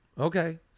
Okay